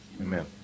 Amen